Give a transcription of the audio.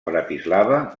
bratislava